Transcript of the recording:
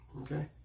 Okay